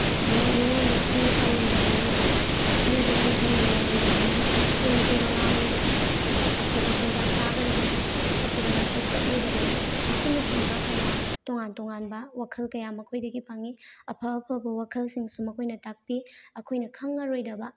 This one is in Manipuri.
ꯃꯤꯉꯣꯟꯗ ꯊꯤꯅ ꯇꯧꯔꯣꯏꯗꯕꯅꯤ ꯃꯤꯕꯨ ꯍꯟꯊꯅ ꯌꯦꯡꯂꯣꯏꯗꯕꯅꯤ ꯆꯤꯟ ꯊꯤꯕ ꯉꯥꯡꯂꯣꯏꯗꯕꯅꯤ ꯑꯐꯕ ꯆꯤꯟꯖꯥꯛ ꯆꯥꯒꯗꯕꯅꯤ ꯐꯠꯇꯕ ꯂꯝꯆꯠ ꯆꯠꯂꯣꯏꯗꯕꯅꯤ ꯑꯁꯤꯅꯆꯤꯡꯕ ꯀꯌꯥ ꯇꯣꯉꯥꯟ ꯇꯣꯉꯥꯟꯕ ꯋꯥꯈꯜ ꯀꯌꯥ ꯃꯈꯣꯏꯗꯒꯤ ꯐꯪꯏ ꯑꯐ ꯑꯐꯕ ꯋꯥꯈꯜꯁꯤꯡꯁꯨ ꯃꯈꯣꯏꯅ ꯇꯥꯛꯄꯤ ꯑꯩꯈꯣꯏꯅ ꯈꯪꯉꯔꯣꯏꯗꯕ